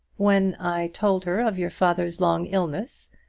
when i told her of your father's long illness,